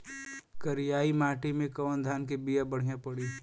करियाई माटी मे कवन धान के बिया बढ़ियां पड़ी?